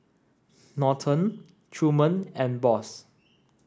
Norton Truman and Boss